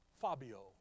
Fabio